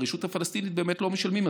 ברשות הפלסטינית באמת לא משלמים.